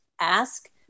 ask